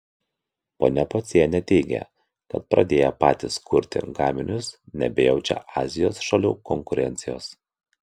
ponia pocienė teigia kad pradėję patys kurti gaminius nebejaučia azijos šalių konkurencijos